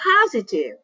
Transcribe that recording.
positive